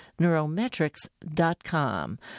neurometrics.com